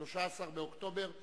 13 באוקטובר 2009,